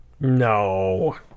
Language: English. No